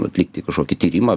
atlikti kažkokį tyrimą